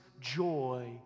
joy